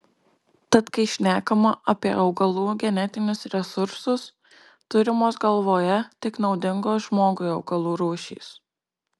tad kai šnekama apie augalų genetinius resursus turimos galvoje tik naudingos žmogui augalų rūšys